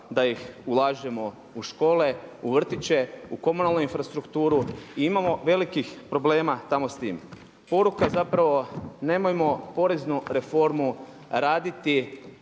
da ih ulažemo u škole, u vrtiće, u komunalnu infrastrukturu i imamo velikih problema tamo s tim. Poruka zapravo, nemojmo poreznu reformu raditi